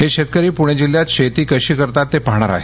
हे शेतकरी पुणे जिल्ह्यात शेती कशी करतात ते पाहणार आहेत